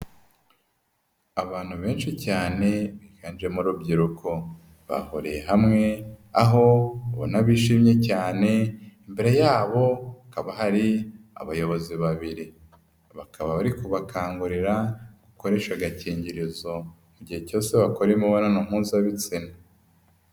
Abantu benshi cyane biganjemo urubyiruko bahuriye hamwe, aho ubona bishimye cyane imbere yabo hakaba hari abayobozi babiri bakaba bari kubakangurira gukoresha agakingirizo mu gihe cyose bakora imibonano mpuzabitsina.